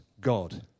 God